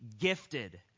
gifted